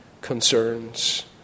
concerns